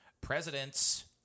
presidents